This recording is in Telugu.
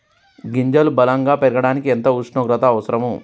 గింజలు బలం గా పెరగడానికి ఎంత ఉష్ణోగ్రత అవసరం?